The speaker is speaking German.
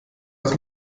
das